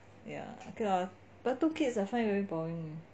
ya okay lah but two kids I find very boring